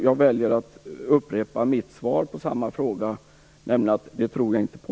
Jag väljer att upprepa mitt svar på samma fråga, nämligen att det tror jag inte på.